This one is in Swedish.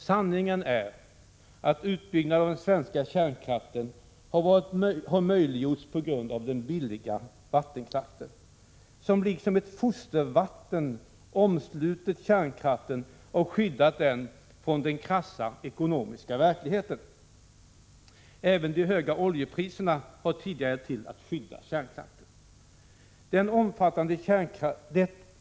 Sanningen är att utbyggnaden av den svenska kärnkraften har möjliggjorts tack vare den billiga vattenkraften, som likt ett fostervatten omslutit kärnkraften och skyddat den från den krassa ekonomiska verkligheten. Även de höga oljepriserna har tidigare hjälpt till att skydda kärnkraften.